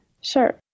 Sure